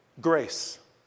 grace